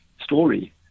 story